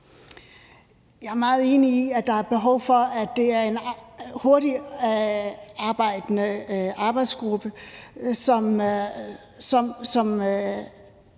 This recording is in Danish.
Jeg er meget enig i, at der er behov for, at det er en hurtigarbejdende arbejdsgruppe, som